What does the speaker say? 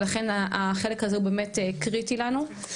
ולכן החלק הזה הוא באמת קריטי לנו.